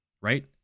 right